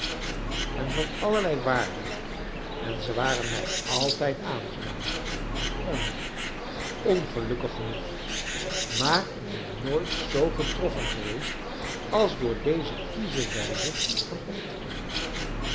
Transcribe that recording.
en van allerlei waarde en ze waren mij altijd aangenaam ahem ongelukkig genoeg maar ik ben nooit zoo getroffen geweest als door deze kiesche wijze van optreden